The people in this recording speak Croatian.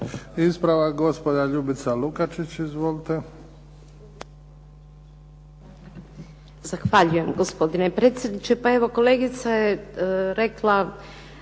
Ispravak gospođa Ljubica Lukačić. Izvolite.